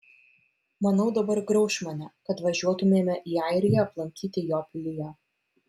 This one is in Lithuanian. manau dabar grauš mane kad važiuotumėme į airiją aplankyti jo pilyje